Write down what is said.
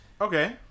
Okay